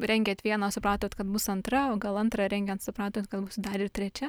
rengėt vieną o supratot kad bus antra o gal antrą rengiant supratot kad bus dar ir trečia